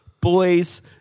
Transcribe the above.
Boys